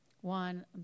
one